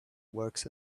works